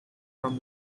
from